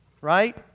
right